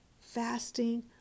fasting